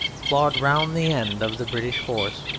clawed round the end of the british force,